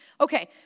Okay